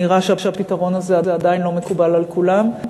נראה שהפתרון הזה עדיין לא מקובל על כולם.